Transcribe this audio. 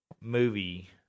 movie